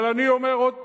אבל אני אומר עוד פעם,